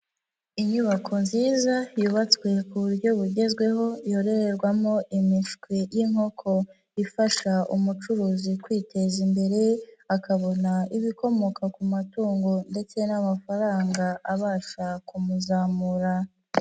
Inyubako nziza yubatswe ku buryo bugezweho yororerwamo imishwi y'inkoko, ifasha umucuruzi kwiteza imbere, akabona ibikomoka ku matungo ndetse n'amafaranga abasha kumuzamura.